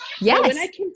yes